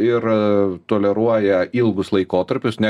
ir toleruoja ilgus laikotarpius ne